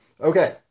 Okay